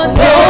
no